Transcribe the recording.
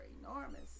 enormous